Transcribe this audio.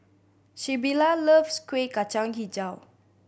Sybilla loves Kueh Kacang Hijau